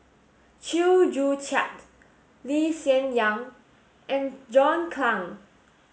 Chew Joo Chiat Lee Hsien Yang and John Clang